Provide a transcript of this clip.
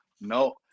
No